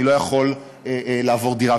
אני לא יכול לעבור דירה,